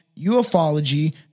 ufology